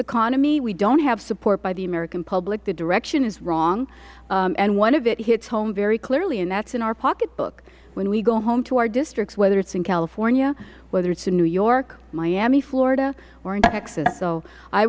economy we don't have support by the american public the direction is wrong and one area of it hits home very clearly and that is in our pocketbook when we go home to our districts whether it is in california whether it is in new york miami florida or in texas so i